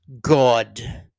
God